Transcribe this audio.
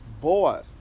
Boy